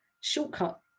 shortcut